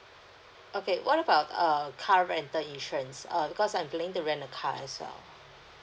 okay what about err car rental insurance err because I'm planning to rent a car as well